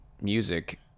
music